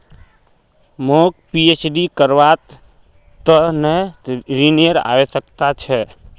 मौक पीएचडी करवार त न ऋनेर आवश्यकता छ